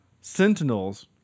sentinels